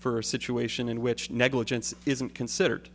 for a situation in which negligence isn't considered